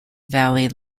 valley